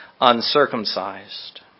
uncircumcised